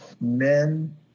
men